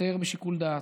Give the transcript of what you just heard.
יותר בשיקול דעת,